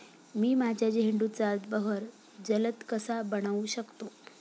मी माझ्या झेंडूचा बहर जलद कसा बनवू शकतो?